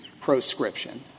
proscription